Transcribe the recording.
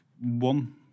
one